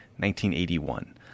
1981